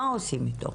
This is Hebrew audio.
מה עושים איתו?